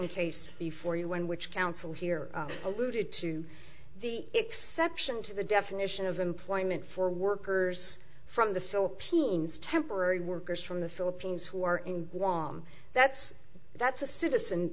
case before you when which council here alluded to the exception to the definition of employment for workers from the philippines temporary workers from the philippines who are in guam that's that's a citizen